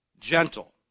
Gentle